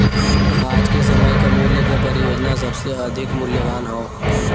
आज के समय क मूल्य क परियोजना सबसे अधिक मूल्यवान हौ